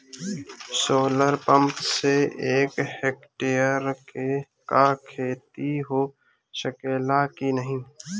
Solar pump से एक hectare क खेती हो सकेला की नाहीं?